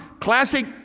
classic